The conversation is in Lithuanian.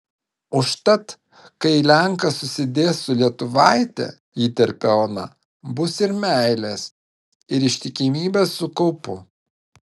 užtat kai lenkas susidės su lietuvaite įterpia ona bus ir meilės ir ištikimybės su kaupu